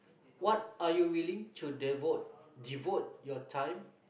what are you willing to devote devote your time